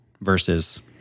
versus